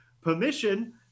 permission